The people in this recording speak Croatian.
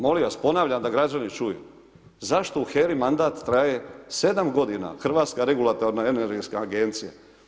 Molim vas, ponavljam da građani čuju, zašto u HERI mandat traje 7 g. Hrvatska regulatorna energetska agencija.